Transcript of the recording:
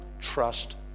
trust